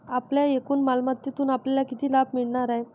आपल्या एकूण मालमत्तेतून आपल्याला किती लाभ मिळणार आहे?